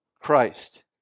Christ